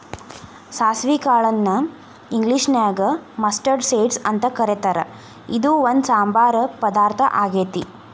ಸಾಸವಿ ಕಾಳನ್ನ ಇಂಗ್ಲೇಷನ್ಯಾಗ ಮಸ್ಟರ್ಡ್ ಸೇಡ್ಸ್ ಅಂತ ಕರೇತಾರ, ಇದು ಒಂದ್ ಸಾಂಬಾರ್ ಪದಾರ್ಥ ಆಗೇತಿ